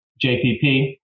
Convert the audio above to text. JPP